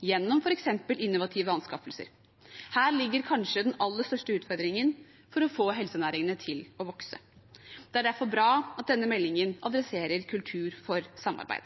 gjennom f.eks. innovative anskaffelser. Her ligger kanskje den aller største utfordringen for å få helsenæringene til å vokse. Det er derfor bra at denne meldingen adresserer kultur for samarbeid.